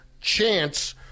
chance